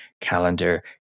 calendar